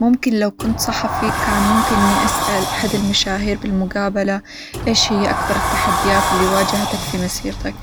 ممكن لو كنت صحفي كان ممكن إني أسأل أحد المشاهير بالمقابلة إيش هي أكبر التحديات اللي واجهتك في مسيرتك؟